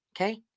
okay